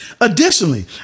Additionally